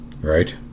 Right